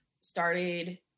started